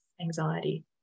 anxiety